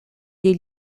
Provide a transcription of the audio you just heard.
des